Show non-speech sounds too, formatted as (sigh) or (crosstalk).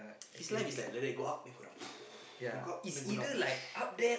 his life is like like that go up then go down (noise) then go up then go down (noise)